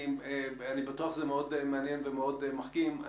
ואני בטוח שזה מאוד מעניין ומאוד מחכים,